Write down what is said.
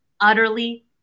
utterly